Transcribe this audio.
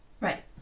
Right